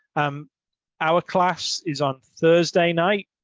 um our class is on thursday night.